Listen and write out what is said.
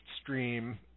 stream